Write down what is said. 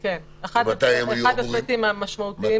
כן, אחד הסטים המשמעותיים.